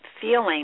feeling